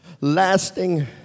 lasting